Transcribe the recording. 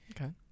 Okay